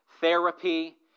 therapy